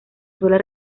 suele